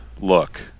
look